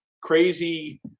crazy